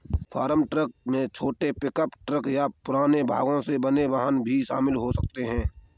farm truck में छोटे pickup truck या पुराने भागों से बने वाहन भी शामिल हो सकते हैं